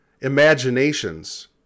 imaginations